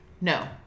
No